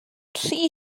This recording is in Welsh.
rhy